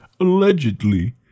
allegedly